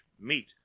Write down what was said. meat